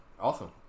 Awesome